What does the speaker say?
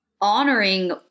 honoring